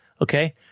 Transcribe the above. Okay